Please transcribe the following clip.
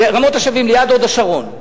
רמות-השבים, ליד הוד-השרון.